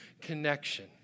connection